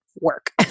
Work